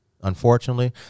Unfortunately